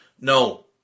no